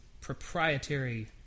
proprietary